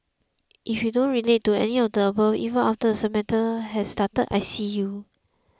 if you don't relate to any of the above even after the semester has started I see you